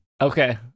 Okay